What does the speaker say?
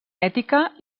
ètica